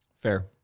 Fair